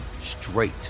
straight